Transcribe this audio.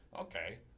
Okay